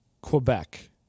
Quebec